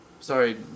Sorry